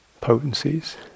potencies